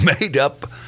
made-up